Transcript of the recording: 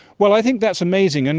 well, i think that's amazing. and